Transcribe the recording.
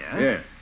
Yes